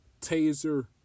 taser